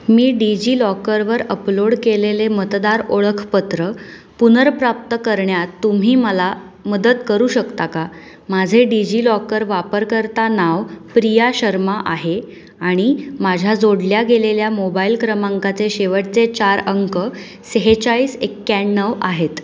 मी डिजिलॉकरवर अपलोड केलेले मतदार ओळखपत्र पुनर्प्राप्त करण्यात तुम्ही मला मदत करू शकता का माझे डिजिलॉकर वापरकर्ता नाव प्रिया शर्मा आहे आणि माझ्या जोडल्या गेलेल्या मोबाईल क्रमांकाचे शेवटचे चार अंक सेहेचाळीस एक्क्याण्णव आहेत